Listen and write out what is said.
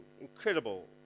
incredible